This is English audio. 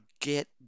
get